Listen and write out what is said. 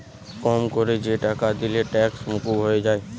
কম কোরে যে টাকা দিলে ট্যাক্স মুকুব হয়ে যায়